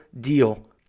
deal